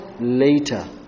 later